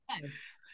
yes